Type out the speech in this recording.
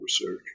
research